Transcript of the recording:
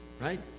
right